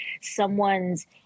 someone's